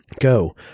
go